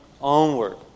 onward